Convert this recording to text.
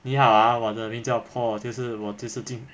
你好啊我的名叫 paul 就是我就是进